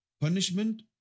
punishment